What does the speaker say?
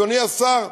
אדוני השר,